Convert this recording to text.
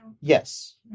Yes